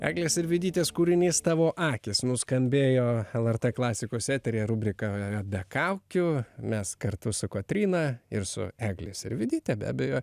eglės sirvydytės kūrinys tavo akys nuskambėjo lrt klasikos eteryje rubrika be kaukių mes kartu su kotryna ir su egle sirvydyte be abejo